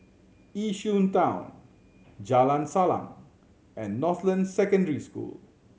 Yishun Town Jalan Salang and Northland Secondary School